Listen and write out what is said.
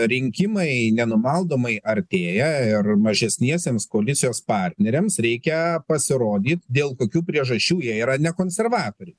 rinkimai nenumaldomai artėja ir mažesniesiems koalicijos partneriams reikia pasirodyt dėl kokių priežasčių jie yra ne konservatoriai